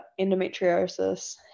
endometriosis